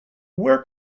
where